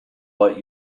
let